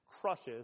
crushes